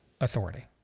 authority